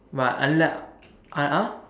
but I like uh !huh!